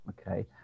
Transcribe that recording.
okay